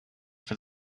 for